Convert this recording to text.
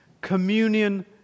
communion